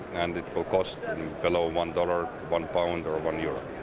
and it will cost and and below one dollar, one pound or one euro.